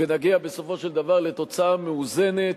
ונגיע בסופו של דבר לתוצאה מאוזנת,